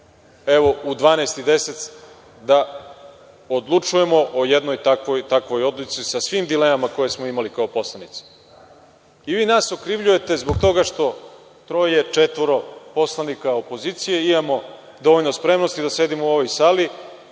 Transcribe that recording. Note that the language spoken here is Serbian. evo, u 12.10 časova, da odlučujemo o jednoj takvoj odluci, sa svim dilemama koje smo imali kao poslanici. Vi nas okrivljujete zbog toga što troje, četvoro poslanika opozicije imamo dovoljno spremnosti da sedimo u ovoj sali,